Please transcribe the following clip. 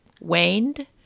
waned